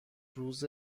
روز